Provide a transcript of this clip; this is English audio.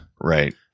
Right